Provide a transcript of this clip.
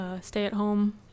stay-at-home